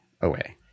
away